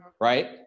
right